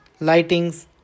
lightings